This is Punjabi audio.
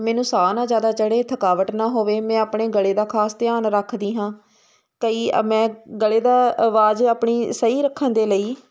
ਮੈਨੂੰ ਸਾਹ ਨਾ ਜ਼ਿਆਦਾ ਚੜ੍ਹੇ ਥਕਾਵਟ ਨਾ ਹੋਵੇ ਮੈਂ ਆਪਣੇ ਗਲੇ ਦਾ ਖਾਸ ਧਿਆਨ ਰੱਖਦੀ ਹਾਂ ਕਈ ਮੈਂ ਗਲੇ ਦੀ ਆਵਾਜ਼ ਆਪਣੀ ਸਹੀ ਰੱਖਣ ਦੇ ਲਈ